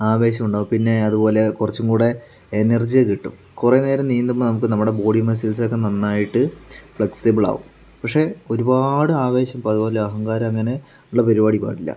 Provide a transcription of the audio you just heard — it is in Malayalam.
ആവേശമുണ്ടാവും പിന്നെ അതുപോലെ കൊറച്ചുംകൂടി എനർജി കിട്ടും കുറേ നേരം നീന്തുമ്പോൾ നമുക്ക് നമ്മുടെ ബോഡി മസിൽസൊക്കെ നന്നായിട്ട് ഫ്ലെക്സിബിളാവും പക്ഷെ ഒരുപാട് ആവേശം ഇപ്പോൾ അതുപോലെ അഹങ്കാരം അങ്ങനെ ഉള്ള പരിപാടി പാടില്ല